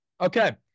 Okay